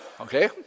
Okay